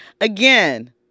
Again